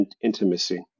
intimacy